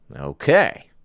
Okay